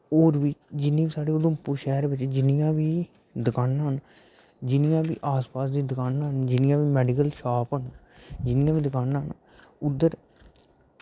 होर बी जिन्ने बी साढ़े उधमपुर शैह्र बिच जिन्नियां बी दकानां हैन जिन्नियां बी आस पास दियां दकानां जिन्नियां बी मैडिकल शॉप न जिन्नियां बी दकानां न उद्धर